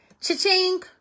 cha-ching